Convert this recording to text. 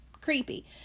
creepy